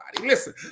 Listen